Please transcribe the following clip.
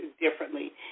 differently